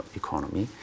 economy